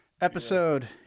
Episode